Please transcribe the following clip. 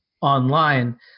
online